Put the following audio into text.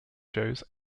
shows